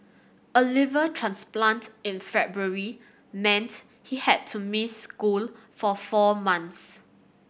a liver transplant in February meant he had to miss school for four months